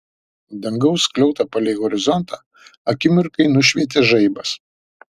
dangaus skliautą palei horizontą akimirkai nušvietė žaibas